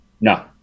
No